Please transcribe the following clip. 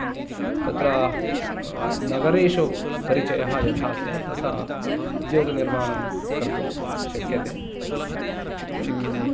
तत्र नगरेषु परिचयः यथा स्यात् तथा उद्योग निर्माणं कर्तुं शक्यते